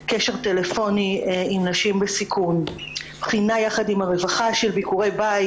קשר טלפוני עם נשים בסיכון; ביקורי בית